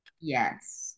yes